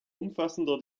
umfassender